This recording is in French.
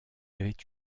avait